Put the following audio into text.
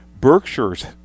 Berkshire's